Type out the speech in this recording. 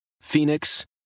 Phoenix